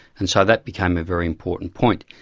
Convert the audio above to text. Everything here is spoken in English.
and so that became a very important point.